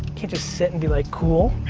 can't just sit and be like cool.